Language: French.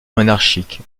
monarchiques